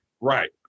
Right